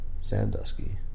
Sandusky